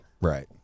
Right